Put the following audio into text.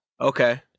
Okay